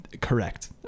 correct